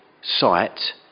site